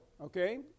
okay